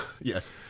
Yes